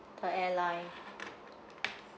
the airline